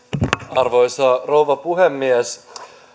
arvoisa rouva puhemies